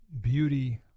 beauty